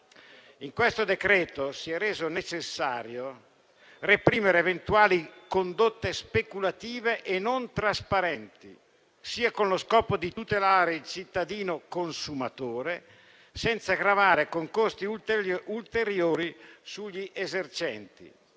In questo decreto si è reso necessario reprimere eventuali condotte speculative e non trasparenti, sia con lo scopo di tutelare il cittadino consumatore senza gravare con costi ulteriori sugli esercenti,